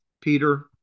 Peter